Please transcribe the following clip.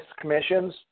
commissions